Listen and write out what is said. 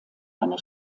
eine